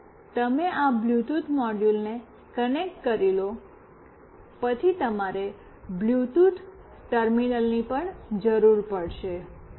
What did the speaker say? એકવાર તમે આ બ્લૂટૂથ મોડ્યુલને કનેક્ટ કરી લો પછી તમારે બ્લૂટૂથ ટર્મિનલની પણ જરૂર પડશે